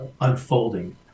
unfolding